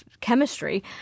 chemistry